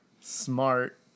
smart